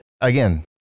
again